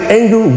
anger